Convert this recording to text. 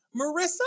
Marissa